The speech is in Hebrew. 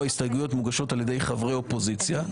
ההסתייגויות מוגשות על ידי חברי אופוזיציה,